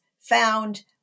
found